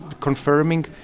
confirming